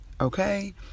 okay